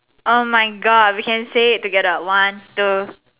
oh my God we can say it together one two